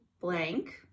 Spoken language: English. blank